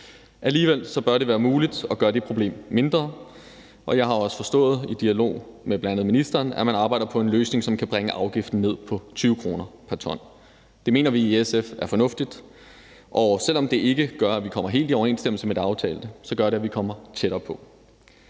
Alligevel bør det være muligt at gøre det problem mindre, og jeg har også forstået i dialog med bl.a. ministeren, at man arbejder på en løsning, som kan bringe afgiften ned på 20 kr. pr. ton. Det mener vi i SF er fornuftigt, og selv om det ikke gør, at vi kommer helt i overensstemmelse med det aftalte, gør det, at vi kommer tættere på.